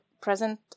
present